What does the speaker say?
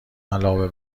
علاوه